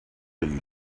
you